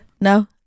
no